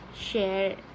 share